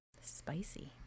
Spicy